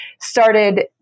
started